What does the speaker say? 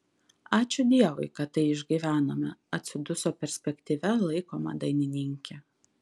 ačiū dievui kad tai išgyvenome atsiduso perspektyvia laikoma dainininkė